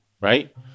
right